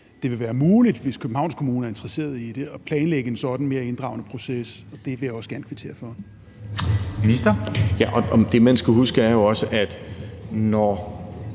det vil være muligt, hvis Københavns Kommune er interesserede i det, at planlægge en sådan mere inddragende proces. Det vil jeg også gerne kvittere for. Kl. 15:29 Formanden